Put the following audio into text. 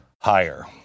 higher